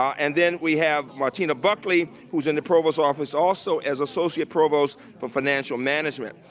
and then we have martina buckley who's in the provost office also as associate provost for financial management.